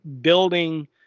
building